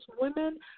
women